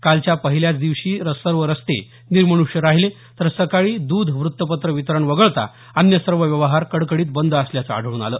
कालच्या पहिल्या दिवशी सर्व रस्ते निर्मनुष्य राहिले तर सकाळी दुध व्रत्तपत्र वितरण वगळता अन्य सर्व व्यवहार कडकडीत बंद असल्याचं आढळून आलं